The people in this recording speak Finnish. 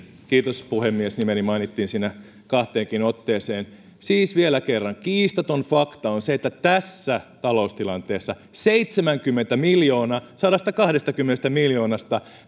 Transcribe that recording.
kiitos puhemies nimeni mainittiin siinä kahteenkin otteeseen siis vielä kerran kiistaton fakta on se että tässä taloustilanteessa seitsemänkymmentä miljoonaa sadastakahdestakymmenestä miljoonasta